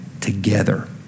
Together